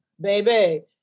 baby